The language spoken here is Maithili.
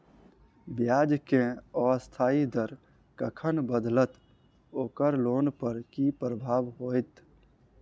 ब्याज केँ अस्थायी दर कखन बदलत ओकर लोन पर की प्रभाव होइत?